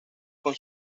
con